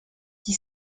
qui